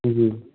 जी जी